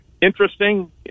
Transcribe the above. interesting